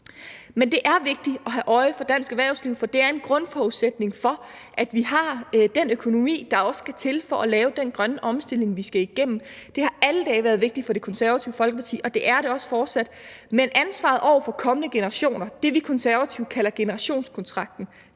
Men det er vigtigt at have øje for dansk erhvervsliv, for det er en grundforudsætning for, at vi har den økonomi, der også skal til for at lave den grønne omstilling, vi skal igennem. Det har alle dage været vigtigt for Det Konservative Folkeparti, og det er det også fortsat. Men ansvaret over for kommende generationer, det, vi Konservative kalder generationskontrakten,